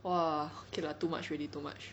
!wah! okay lah too much already too much